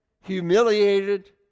humiliated